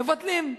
מבטלים,